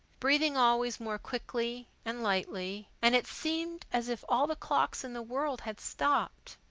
breathing always more quickly and lightly, and it seemed as if all the clocks in the world had stopped.